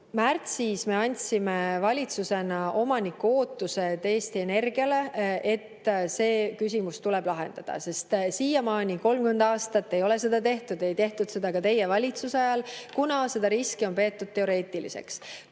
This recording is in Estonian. märtsis andsime me valitsusena omaniku ootuse Eesti Energiale, et see küsimus tuleb lahendada. Siiamaani, 30 aastat ei ole seda tehtud. Ei tehtud seda ka teie valitsuse ajal, kuna seda riski peeti teoreetiliseks.